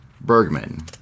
Bergman